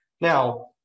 Now